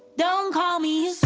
don't call me